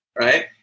right